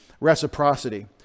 reciprocity